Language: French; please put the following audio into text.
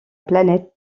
planète